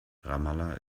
ramallah